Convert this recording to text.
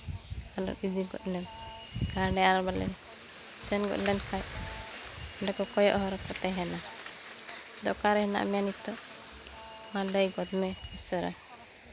ᱦᱟᱱᱮ ᱛᱤᱱ ᱫᱤᱱ ᱠᱷᱚᱡ ᱞᱮ ᱦᱟᱱᱮ ᱟᱨ ᱵᱟᱞᱮ ᱥᱮᱱ ᱜᱚᱫ ᱞᱮᱱᱠᱷᱟᱡ ᱚᱸᱰᱮ ᱠᱚ ᱠᱚᱭᱚᱜ ᱦᱚᱨ ᱨᱮᱠᱚ ᱛᱟᱦᱮᱱᱟ ᱟᱫᱚ ᱚᱠᱟᱨᱮ ᱢᱮᱱᱟᱜ ᱢᱮᱭᱟ ᱱᱤᱛ ᱫᱚ ᱢᱟ ᱞᱟᱹᱭ ᱜᱚᱫ ᱢᱮ ᱩᱥᱟᱹᱨᱟ